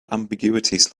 ambiguities